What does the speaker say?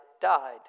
died